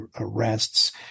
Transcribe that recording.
arrests